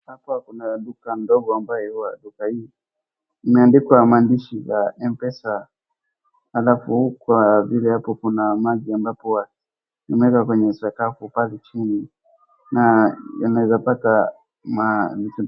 Hapa kuna duka ndogo ambaye huwa duka hii inaandikwa maandishi za M-pesa, alafu kwa vile hapo kuna maji ambapo huwa inawekwa kwenye sakafu pale chini na inaweza pata maandishi hii.